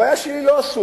הבעיה שלי היא לא הסורים,